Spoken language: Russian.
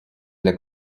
для